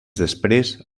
després